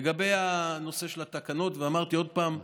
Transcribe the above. לגבי הנושא של התקנות, ואמרתי עוד פעם,